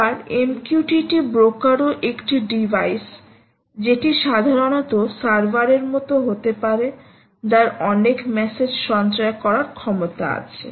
এবার MQTT ব্রোকারও একটি ডিভাইস যেটি সাধারণত সার্ভারের মতো হতে পারেযার অনেক মেসেজ সঞ্চয় করার ক্ষমতা আছে